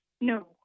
no